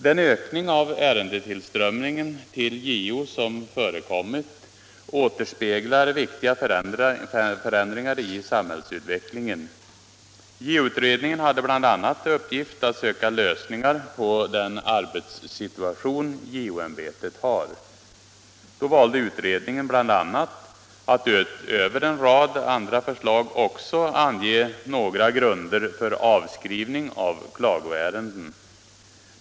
Den ökning av ärendetillströmningen till JO som förekommit återspeglar viktiga förändringar i samhällsutvecklingen. JO-utredningen hade bl.a. till uppgift att söka lösningar på den arbetssituation JO-ämbetet har. Då valde utredningen att utöver en rad andra förslag också ange några grunder för avskrivning av klagoärenden.